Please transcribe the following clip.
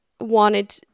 wanted